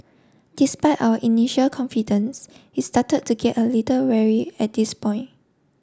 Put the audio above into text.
despite our initial confidence he started to get a little wary at this point